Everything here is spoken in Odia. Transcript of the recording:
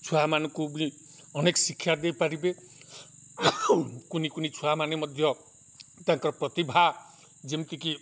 ଛୁଆମାନଙ୍କୁ ବି ଅନେକ ଶିକ୍ଷା ଦେଇପାରିବେ କୁନି କୁନି ଛୁଆମାନେ ମଧ୍ୟ ତାଙ୍କର ପ୍ରତିଭା ଯେମିତିକି